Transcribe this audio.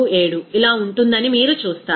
37 ఇలా ఉంటుందని మీరు చూస్తారు